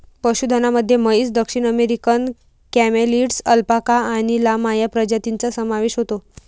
पशुधनामध्ये म्हैस, दक्षिण अमेरिकन कॅमेलिड्स, अल्पाका आणि लामा या प्रजातींचा समावेश होतो